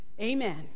Amen